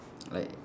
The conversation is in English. like